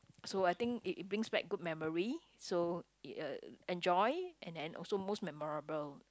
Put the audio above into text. so I think it brings back good memory so uh enjoy and and also most memorable